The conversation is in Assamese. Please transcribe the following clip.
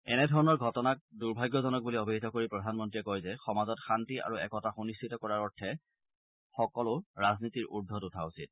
এনেধৰণৰ ঘটনাসমূহক দূৰ্ভাগ্যজনক বুলি অভিহিত কৰি প্ৰধানমন্ৰীয়ে কয় যে সমাজত শান্তি আৰু একতা সুনিশ্চিত কৰাৰ অৰ্থে সকলে ৰাজনীতিৰ উৰ্ধত উঠা উচিত